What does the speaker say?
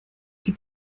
die